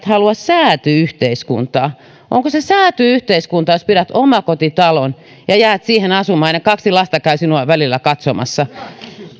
halua sääty yhteiskuntaa onko se sääty yhteiskunta jos pidät omakotitalon ja jäät siihen asumaan ja ne kaksi lasta käyvät sinua välillä katsomassa